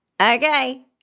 Okay